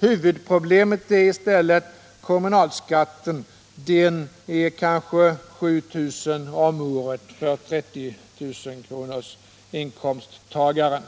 Huvudproblemet är i stället kommunalskatten. Den är kanske 7 000 kr. om året för 30 000-kronorsinkomsttagaren.